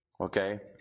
Okay